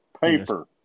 Paper